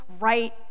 right